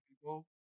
people